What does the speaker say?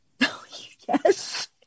Yes